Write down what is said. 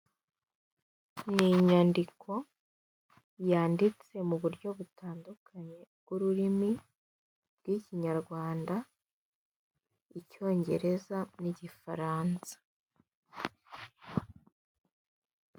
Ni inyandiko yanditse mu buryo butandukanye bw'ururimi bw'ikinyarwanda, icyongereza, n'igifaransa.